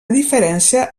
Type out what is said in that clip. diferència